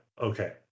Okay